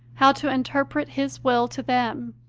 how to interpret his will to them,